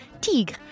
Tigre